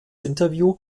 interview